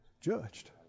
judged